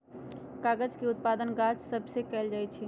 कागज के उत्पादन गाछ सभ से कएल जाइ छइ